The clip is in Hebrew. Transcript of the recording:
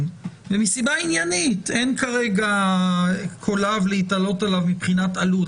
ומסיבה עניינית אין כרגע קולב להיתלות עליו מבחינת עלות.